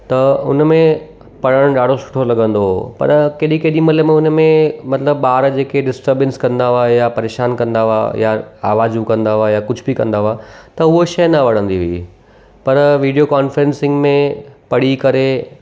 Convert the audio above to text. त उन में पढ़णु ॾाढो सुठो लॻंदो हो पर केॾी केॾीमहिल उन में मतिलबु ॿार जेके डिस्टरबेंस कंदा हुआ या परेशान कंदा हुआ या आवाज़ूं कंदा हुआ या कुझु बि कंदा हुआ त उहा शइ न वणंदी हुई पर विडियो कॉनफेरेंसिंग में पढ़ी करे